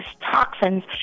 toxins